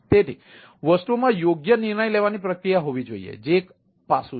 તેથી વસ્તુઓમાં યોગ્ય નિર્ણય લેવાની પ્રક્રિયા હોવી જોઈએ જે એક પાસું છે